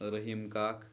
Rahim Kak